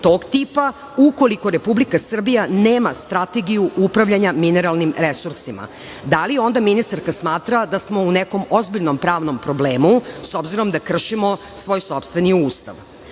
tog tipa ukoliko Republika Srbija nema strategiju upravljanja mineralnim resursima. Da li onda ministarka smatra da smo u nekom ozbiljnom pravnom problemu, s obzirom da kršimo svoj sopstveni